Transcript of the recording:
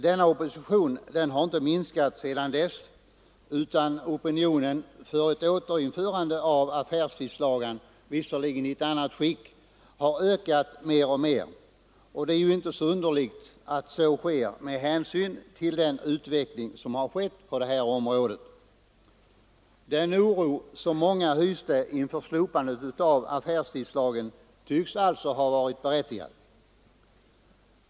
Denna opposition har inte minskat sedan dess, utan opinionen för ett återinförande av affärstidslagen — visserligen i ett annat skick — har ökat mer och mer, och det är ju inte så underligt att så sker med hänsyn till den utveckling som har ägt rum på området. Den oro som många hyste inför slopandet av affärstidslagen tycks alltså ha varit berättigad.